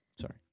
Sorry